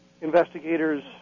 investigators